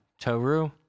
Toru